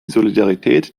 solidarität